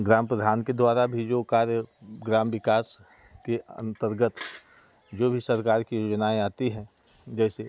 ग्राम प्रधान के द्वारा भी जो कार्य ग्राम विकास के अन्तर्गत जो भी सरकार की योजनाऍं आती हैं जैसे